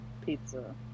pizza